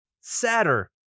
sadder